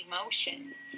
emotions